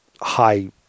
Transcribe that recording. high